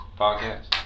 podcast